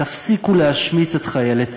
תפסיקו להשמיץ את חיילי צה"ל,